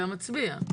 אתה מצביע.